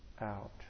out